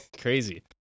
Crazy